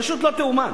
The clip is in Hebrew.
פשוט לא תיאמן.